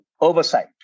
oversight